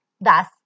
Thus